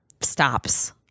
stops